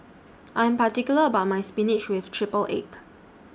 I'm particular about My Spinach with Triple Egg